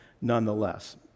nonetheless